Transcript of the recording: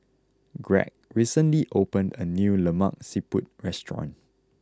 Gregg recently opened a new Lemak Siput Restaurant